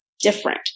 different